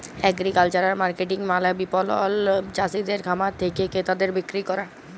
agricultural marketing মালে বিপণল চাসিদের খামার থেক্যে ক্রেতাদের বিক্রি ক্যরা